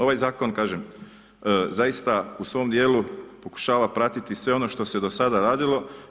Ovaj zakon kažem zaista u svom dijelu pokušava pratiti sve ono što se do sada radilo.